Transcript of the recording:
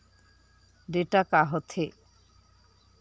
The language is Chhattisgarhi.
डेटा का होथे?